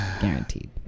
guaranteed